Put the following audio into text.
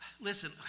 listen